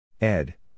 Ed